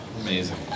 Amazing